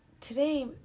today